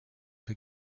the